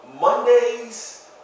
Mondays